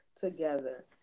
together